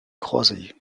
croisée